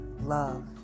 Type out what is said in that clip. love